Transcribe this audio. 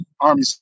army